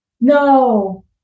No